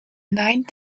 nine